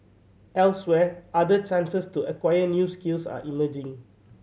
elsewhere other chances to acquire new skills are emerging